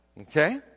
Okay